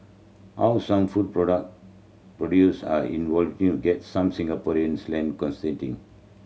how some food product produce are gets some Singapore's land